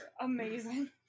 Amazing